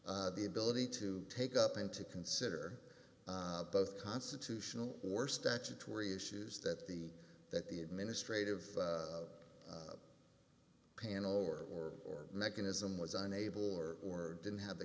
the ability to take up and to consider both constitutional or statutory issues that the that the administrative panel or or or mechanism was unable or or didn't have the